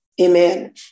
Amen